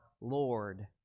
Lord